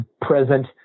present